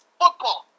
football